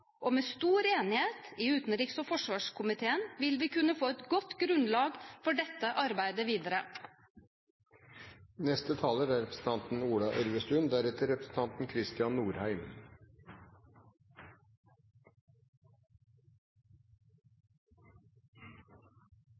Afghanistan. Med stor enighet i utenriks- og forsvarskomiteen vil vi kunne få et godt grunnlag for dette arbeidet videre. Fra Venstres side er